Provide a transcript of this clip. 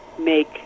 make